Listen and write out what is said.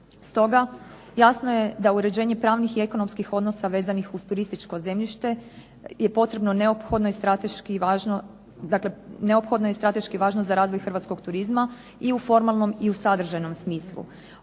Stoga, jasno je da uređenje pravnih i ekonomskih odnosa vezanih uz turističko zemljište je potrebno, neophodno i strateški važno za razvoj hrvatskog turizma i u formalnom i u sadržajnom smislu.